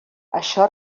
això